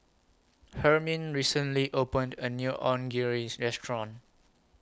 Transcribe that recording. Hermine recently opened A New Onigiri Restaurant